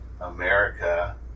America